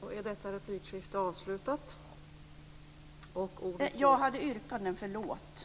Jag yrkar bifall till reservationerna 5 och 30.